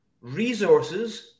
resources